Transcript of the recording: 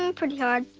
um pretty hard.